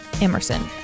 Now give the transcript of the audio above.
Emerson